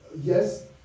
Yes